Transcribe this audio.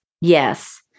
Yes